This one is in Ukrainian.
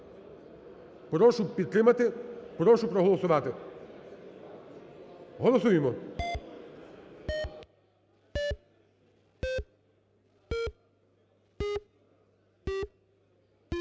Прошу підтримати, прошу проголосувати. Голосуємо.